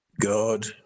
God